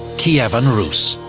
kievan rus.